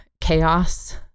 chaos